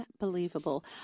unbelievable